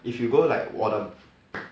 if you go like 我的